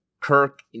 Kirk